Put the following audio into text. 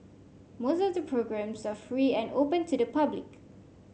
most of the programmes are free and open to the public